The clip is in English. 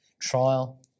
trial